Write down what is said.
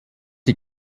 die